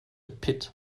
pit